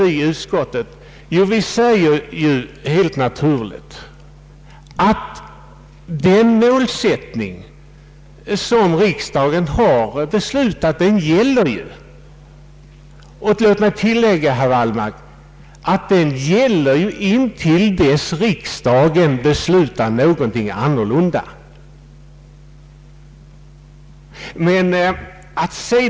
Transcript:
I utskottsutlåtandet säger vi helt naturligt att den målsättning som riksdagen har beslutat skall gälla, och låt mig tillägga, herr Wallmark, att den gäller intill dess riksdagen beslutat någonting annat.